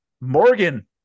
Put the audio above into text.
Morgan